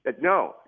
No